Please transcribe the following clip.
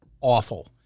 awful